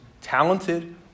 talented